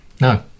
No